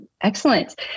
Excellent